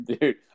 Dude